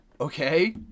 Okay